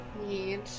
need